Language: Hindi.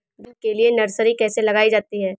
धान के लिए नर्सरी कैसे लगाई जाती है?